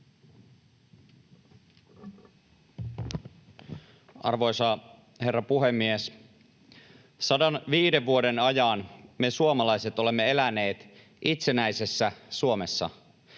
Arvoisa herra puhemies! 105 vuoden ajan me suomalaiset olemme eläneet itsenäisessä Suomessa.